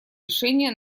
решение